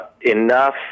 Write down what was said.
enough